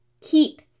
Keep